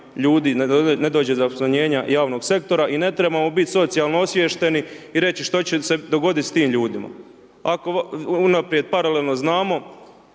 ljudi ne dođe do smanjenja javnog sektora i ne trebamo biti socijalno osviješteni i reći što će se dogoditi s tim ljudima. Ako unaprijed paralelno znamo,